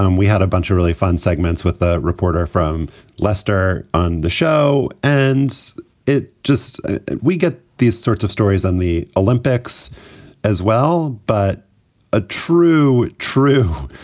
um we had a bunch of really fun segments with a reporter from leicester on the show. and it just we get these sorts of stories on the olympics as well. but a true, true,